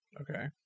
Okay